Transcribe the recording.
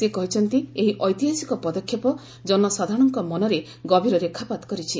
ସେ କହିଛନ୍ତି ଏହି ଐତିହାସିକ ପଦକ୍ଷେପ ଜନସାଧାରଣଙ୍କ ମନରେ ଗଭୀର ରେଖାପାତ କରିଛି